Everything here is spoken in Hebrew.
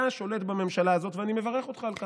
אתה שולט בממשלה הזו, ואני מברך אותך על כך.